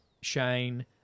Shane